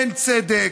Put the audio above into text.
אין צדק,